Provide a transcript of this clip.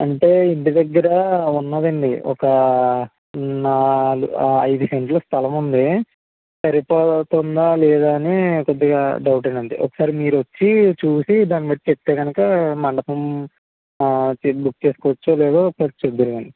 అంటే ఇంటి దగ్గర ఉన్నాదండి ఒక ఐదు సెంట్ల స్థలముంది సరిపోతుందా లేదా అని కొద్దిగా డౌటేనండి ఒకసారి మీరొచ్చి చూసి దాని మీరు చెప్తే గనుక మండపం సీట్ బుక్ చేసుకోవచ్చో లేదో మీరు చెప్దురు కానీ